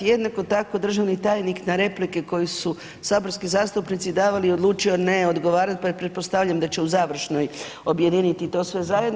Jednako tako, državni tajnik na replike koje su saborski zastupnici davali, odlučio ne odgovarat, pa pretpostavljam da će u završnoj objediniti to sve zajedno.